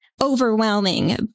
overwhelming